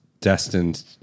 destined